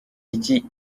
iki